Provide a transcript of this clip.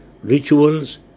rituals